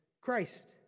Christ